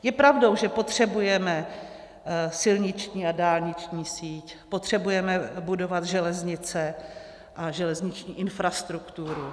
Je pravdou, že potřebujeme silniční a dálniční síť, potřebujeme budovat železnice a železniční infrastrukturu.